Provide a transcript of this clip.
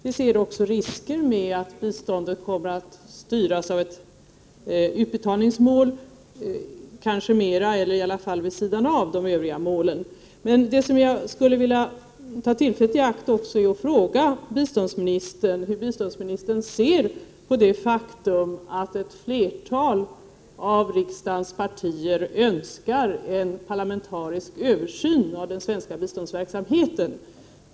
Vi ser också risker med | att biståndet kommer att styras kanske mera av ett utbetalningsmål — eller i vart fall vid sidan av — än av de övriga målen. | Jag vill ta tillfället i akt och fråga hur biståndsministern ser på det faktum att ett flertal av riksdagens partier önskar en parlamentarisk översyn av den svenska biståndsverksamheten.